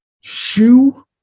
Shoe